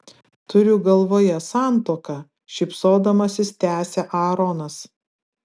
turiu galvoje santuoką šypsodamasis tęsia aaronas